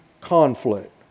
conflict